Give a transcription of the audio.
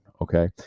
okay